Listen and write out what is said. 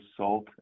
salt